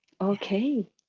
Okay